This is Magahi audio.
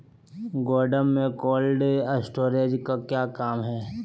गोडम में कोल्ड स्टोरेज का क्या काम है?